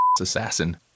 assassin